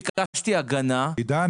עידן,